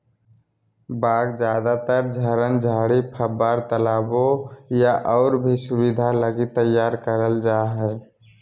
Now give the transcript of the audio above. बाग ज्यादातर झरन, झाड़ी, फव्वार, तालाबो या और भी सुविधा लगी तैयार करल जा हइ